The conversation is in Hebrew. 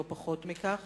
לא פחות מכך.